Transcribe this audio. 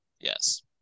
Yes